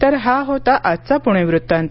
तर हा होता आजचा पुणे वृत्तांत